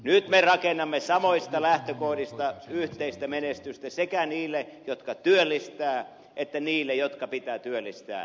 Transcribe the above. nyt me rakennamme samoista lähtökohdista yhteistä menestystä sekä niille jotka työllistävät että niille jotka pitää työllistää